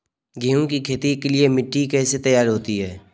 गेहूँ की खेती के लिए मिट्टी कैसे तैयार होती है?